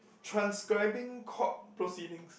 transcribing court proceedings